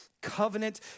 covenant